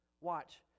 Watch